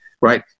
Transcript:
right